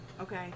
Okay